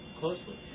closely